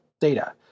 data